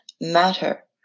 matter